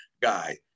guy